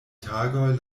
tagoj